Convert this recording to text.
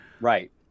Right